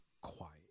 quiet